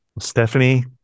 Stephanie